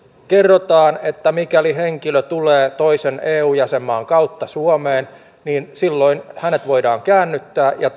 kerrotaan että mikäli henkilö tulee toisen eu jäsenmaan kautta suomeen niin silloin hänet voidaan käännyttää ja